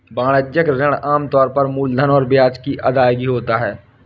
वाणिज्यिक ऋण आम तौर पर मूलधन और ब्याज की अदायगी होता है